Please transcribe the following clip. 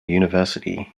university